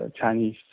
Chinese